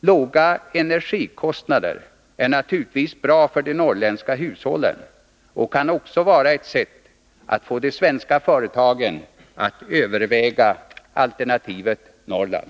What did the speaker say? Låga energikostnader är naturligtvis bra för de norrländska hushållen och kan också vara ett sätt att få de svenska företagen att överväga alternativet Norrland.